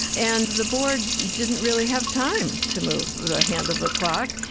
and the board didn't really have time to move the hand of the clock.